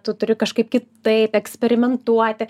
tu turi kažkaip kitaip eksperimentuoti